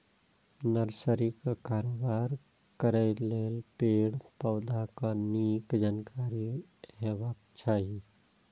नर्सरीक कारोबार करै लेल पेड़, पौधाक नीक जानकारी हेबाक चाही